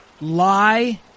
lie